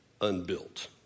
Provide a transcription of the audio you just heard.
unbuilt